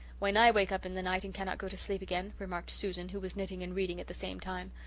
when i wake up in the night and cannot go to sleep again, remarked susan, who was knitting and reading at the same time,